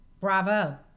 Bravo